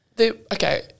Okay